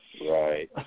Right